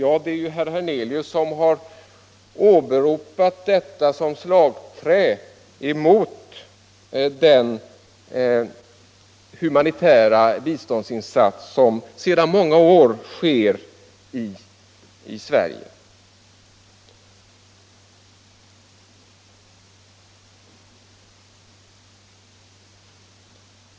Ja, det är ju herr Hernelius som har åberopat dessa begrepp som slagträ mot den humanitära biståndsinsats som sedan många år gjorts av Sverige.